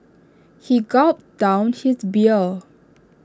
he gulped down his beer